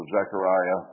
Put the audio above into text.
Zechariah